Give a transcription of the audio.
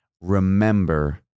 Remember